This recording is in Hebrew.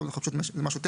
פה זה משהו טכני,